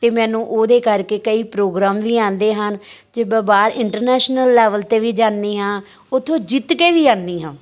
ਅਤੇ ਮੈਨੂੰ ਉਹਦੇ ਕਰਕੇ ਕਈ ਪ੍ਰੋਗਰਾਮ ਵੀ ਆਉਂਦੇ ਹਨ ਜੇ ਮੈਂ ਬਾਹਰ ਇੰਟਰਨੈਸ਼ਨਲ ਲੈਵਲ 'ਤੇ ਵੀ ਜਾਂਦੀ ਹਾਂ ਉੱਥੋਂ ਜਿੱਤ ਕੇ ਵੀ ਆਉਂਦੀ ਹਾਂ